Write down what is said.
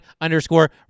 underscore